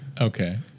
Okay